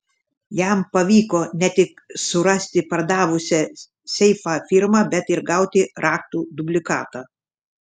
jam pavyko ne tik surasti pardavusią seifą firmą bet ir gauti raktų dublikatą